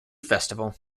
festival